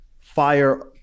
fire